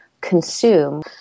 consume